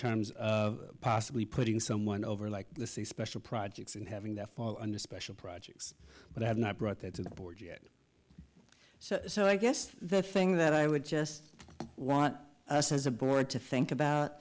terms of possibly putting someone over like special projects and having that fall under special projects but i have not brought that to the board yet so so i guess the thing that i would just want us as a board to think about